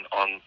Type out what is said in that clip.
on